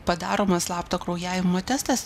padaromas slapto kraujavimo testas